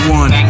one